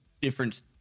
different